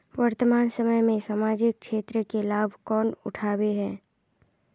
वर्तमान समय में सामाजिक क्षेत्र के लाभ कौन उठावे है?